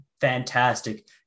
fantastic